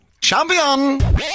Champion